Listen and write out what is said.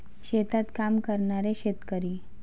शेतात काम करणारे शेतकरी